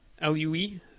L-U-E